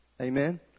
Amen